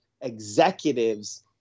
executives